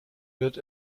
wird